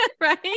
Right